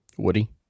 Woody